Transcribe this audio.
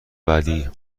بعدی